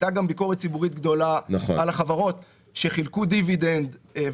הייתה גם ביקורת ציבורית גדולה על החברות שחילקו דיבידנד.